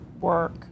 work